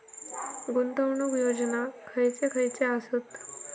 गुंतवणूक योजना खयचे खयचे आसत?